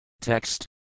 Text